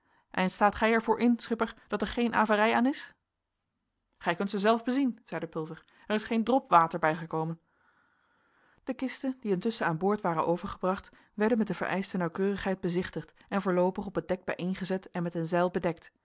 en staat gij er voor in schipper dat er geen averij aan is gij kunt ze zelf bezien zeide pulver er is geen drop water bij gekomen de kisten die intusschen aan boord waren overgebracht werden met de vereischte nauwkeurigheid bezichtigd en voorloopig op het dek bijeengezet en met een zeil bedekt